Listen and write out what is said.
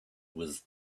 with